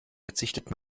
verzichtet